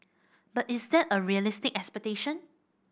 but is that a realistic expectation